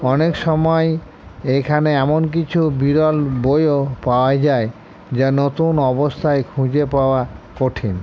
অনেক সময় এখানে এমন কিছু বিরল বইও পাওয়া যায় যা নতুন অবস্থায় খুঁজে পাওয়া কঠিন